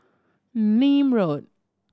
Nim Road